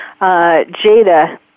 Jada